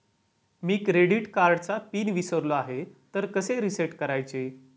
मी credit कार्डचा pin विसरलो आहे तर कसे रीसेट करायचे?